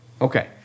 okay